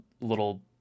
little